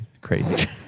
crazy